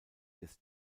des